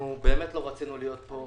אנחנו לא רצינו להיות פה,